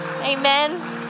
Amen